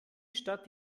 stadt